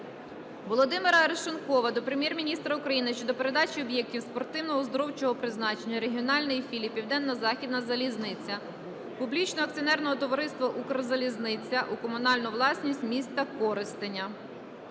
Володимира Арешонкова до Прем'єр-міністра України щодо передачі об'єктів спортивно-оздоровчого призначення регіональної філії "Південно-Західна залізниця" публічного акціонерного товариства "Укрзалізниця" у комунальну власність міста Коростеня.